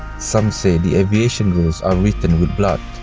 some say the aviation rules are written with blood.